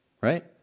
Right